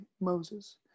Moses